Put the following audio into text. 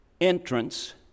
entrance